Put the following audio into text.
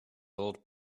old